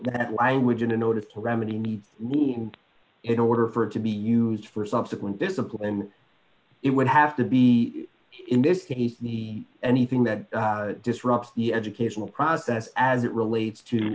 that language and in order to remedy needs in order for it to be used for subsequent discipline it would have to be in this case anything that disrupts the educational process as it relates to